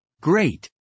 Great